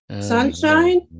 sunshine